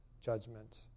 judgment